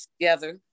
together